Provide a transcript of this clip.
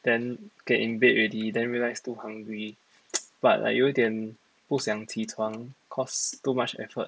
then get in bed already then realise too hungry but like 有一点不想起床 cause too much effort